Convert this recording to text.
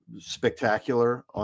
spectacular